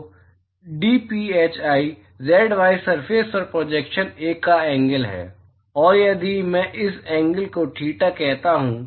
तो dphi z y surface पर projection का एंगल है और यदि मैं इस एंगल को थीटा कहता हूँ